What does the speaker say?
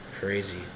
Crazy